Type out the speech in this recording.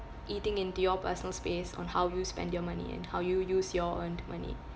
eating into your personal space on how you spend your money and how you use your own money